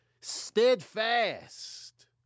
steadfast